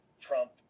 Trump